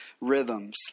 rhythms